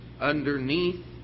underneath